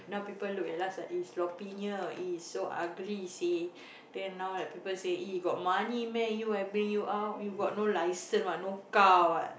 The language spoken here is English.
now people look at us like eh sloppy ee so ugly then now like people say ee you got money meh you I bring you out you got no license what no car what